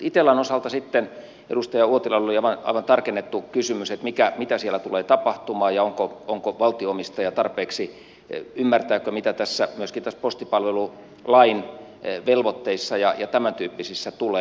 itellan osalta sitten edustaja uotilalla oli aivan tarkennettu kysymys mitä siellä tulee tapahtumaan ja ymmärtääkö valtio omistaja tarpeeksi mitä myöskin näissä postipalvelulain velvoitteissa ja tämäntyyppisissä tulee